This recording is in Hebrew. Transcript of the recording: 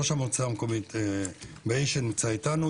ראש המועצה המקומית בהיג' שנמצא איתנו.